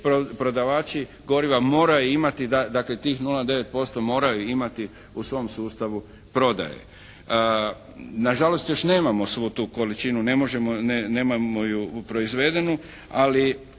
prodavači goriva moraju imati, dakle tih 0,9% moraju imati u svom sustavu prodaje. Nažalost još nemamo svu tu količinu, ne možemo, nemamo ju proizvedenu. Ali